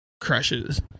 crushes